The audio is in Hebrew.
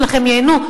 שלכם ייהנו,